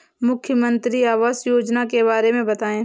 मुख्यमंत्री आवास योजना के बारे में बताए?